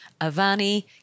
Avani